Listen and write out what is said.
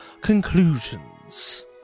conclusions